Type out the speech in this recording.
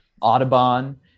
Audubon